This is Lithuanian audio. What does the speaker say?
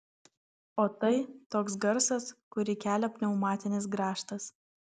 o tai toks garsas kurį kelia pneumatinis grąžtas